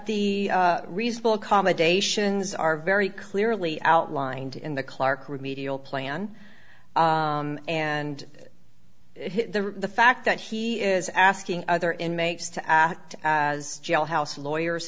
the reasonable accommodations are very clearly outlined in the clarke remedial plan and the fact that he is asking other inmates to act as jailhouse lawyers